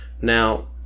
Now